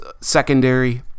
secondary